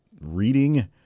reading